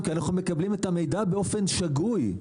כי אנחנו מקבלים את המידע באופן שגוי.